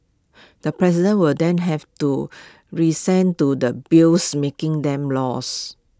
the president will then have to resent to the bills making them laws